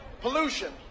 Pollution